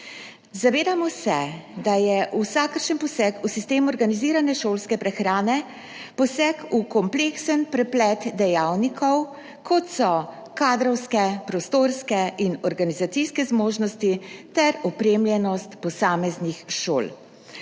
Zavedamo se, da je vsakršen poseg v sistem organizirane šolske prehrane poseg v kompleksen preplet dejavnikov, kot so kadrovske, prostorske in organizacijske zmožnosti ter opremljenost posameznih šol.